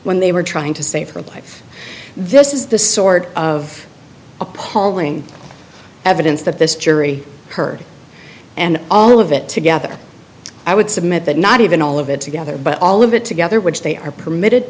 when they were trying to save her life this is the sort of appalling evidence that this jury heard and all of it together i would submit that not even all of it together but all of it together which they are permitted